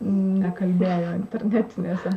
nekalbėjo tradicinėse